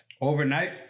overnight